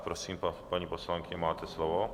Prosím, paní poslankyně, máte slovo.